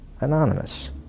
anonymous